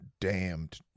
damned